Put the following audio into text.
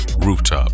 Rooftop